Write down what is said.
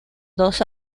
dos